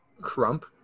crump